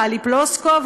טלי פלוסקוב,